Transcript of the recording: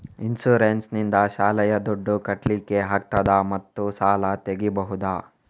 Insurance ನಿಂದ ಶಾಲೆಯ ದುಡ್ದು ಕಟ್ಲಿಕ್ಕೆ ಆಗ್ತದಾ ಮತ್ತು ಸಾಲ ತೆಗಿಬಹುದಾ?